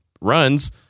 runs